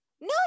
no